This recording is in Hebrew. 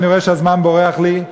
אני רואה שהזמן בורח לי,